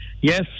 Yes